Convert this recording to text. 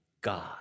God